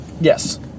Yes